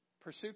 Pursue